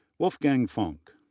wolfgang funk,